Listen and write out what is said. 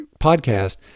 podcast